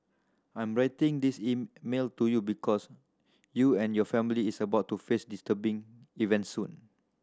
I'm writing this email to you because you and your family is about to face disturbing events soon